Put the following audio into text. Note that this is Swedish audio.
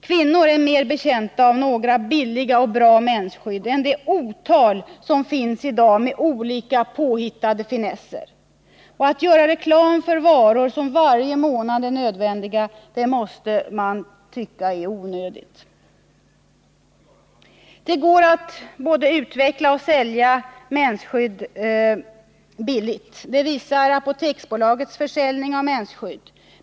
Kvinnor är mer betjänta av några billiga och bra mensskydd än av det otal som finns i dag med olika påhittade finesser. Att göra reklam för varor som varje månad är nödvändiga måste man tycka är onödigt. Det går att utveckla och sälja mensskydd billigt. Det visar Apoteksbolagets försäljning av mensskydd.